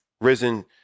risen